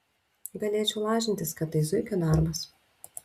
galėčiau lažintis kad tai zuikio darbas